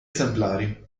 esemplari